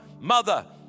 mother